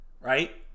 right